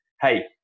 hey